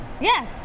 Yes